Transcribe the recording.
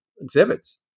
exhibits